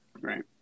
Right